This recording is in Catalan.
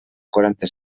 quaranta